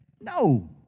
No